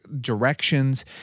directions